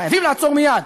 חייבים לעצור מייד,